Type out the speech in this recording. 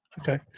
Okay